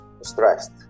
stressed